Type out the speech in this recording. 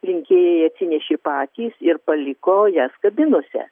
rinkėjai atsinešė patys ir paliko jas kabinose